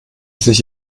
sich